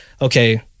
okay